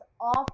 off